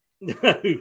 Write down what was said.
No